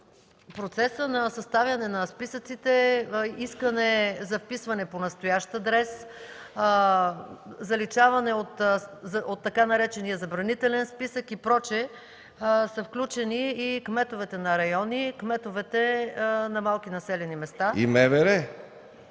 процеса на съставяне на списъците искане за вписване по настоящ адрес, заличаване от така наречения „забранителен списък” и прочие са включени и кметовете на райони и кметовете на малки населени места.